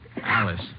Alice